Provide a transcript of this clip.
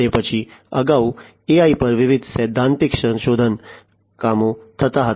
તે પછી અગાઉ AI પર વિવિધ સૈદ્ધાંતિક સંશોધન કામો થતા હતા